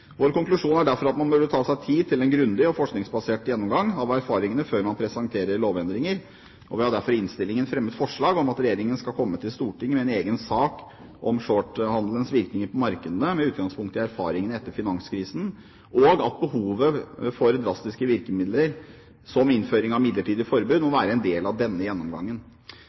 Vår konklusjon er derfor at man burde ta seg tid til en grundig og forskningsbasert gjennomgang av erfaringene før man presenterer lovendringer, og vi har derfor i innstillingen fremmet forslag om at regjeringen skal komme til Stortinget med en egen sak om shorthandelens virkninger på markedene med utgangspunkt i erfaringene etter finanskrisen, og at behovet for drastiske virkemidler som innføring av midlertidige forbud må være en del av denne gjennomgangen.